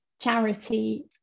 charity